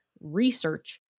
research